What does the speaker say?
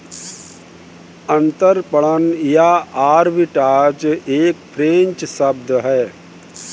अंतरपणन या आर्बिट्राज एक फ्रेंच शब्द है